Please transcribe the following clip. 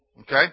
Okay